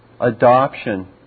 adoption